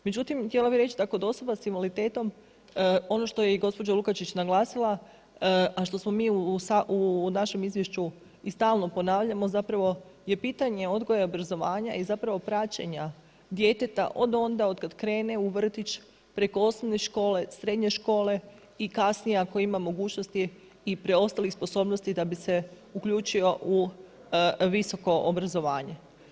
Međutim, htjela bih reći da kod osoba sa invaliditetom ono što je i gospođa Lukačić naglasila a što smo mi u našem izvješću i stalno ponavljamo zapravo je pitanje odgoja i obrazovanja i zapravo praćenja djeteta od onda od kad krene u vrtić preko osnovne škole, srednje škole i kasnije ako ima mogućnosti i preostalih sposobnosti da bi se uključio u visoko obrazovanje.